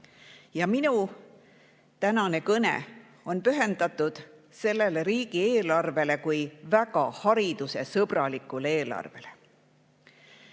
Minu tänane kõne on pühendatud sellele riigieelarvele kui väga haridussõbralikule eelarvele.